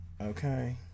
Okay